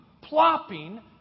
plopping